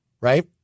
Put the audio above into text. right